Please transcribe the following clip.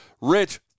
Rich